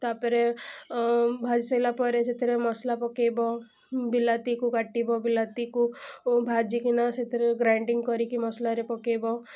ତା'ପରେ ଭାଜି ସାରିଲା ପରେ ସେଥିରେ ମସଲା ପକାଇବ ବିଲାତିକୁ କାଟିବ ବିଲାତିକୁ ଭାଜିକିନା ସେଥିରେ ଗ୍ରାଇଣ୍ଡିଙ୍ଗ କରିକି ମସଲାରେ ପକାଇବ